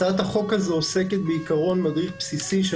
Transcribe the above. הצעת החוק הזאת היא בעיקרון מדריך בסיסי של